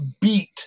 beat